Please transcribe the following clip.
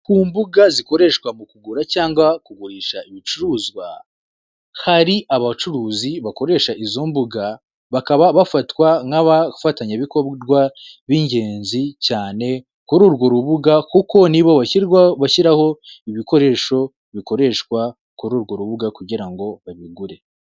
Ku mbuga zikoreshwa mu kugura cyangwa kugurisha ibicuruzwa, hari abacuruzi bakoresha izo mbuga, bakaba bafatwa nk'abafatanyabikorwa b'ingenzi cyane kuri urwo rubuga, kuko ni bo bashyiraho ibikoresho bikoreshwa kuri urwo rubuga, kugira ngo babigure.